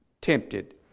tempted